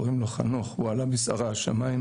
שקוראים לו חנוך והוא עלה בסערה השמימה,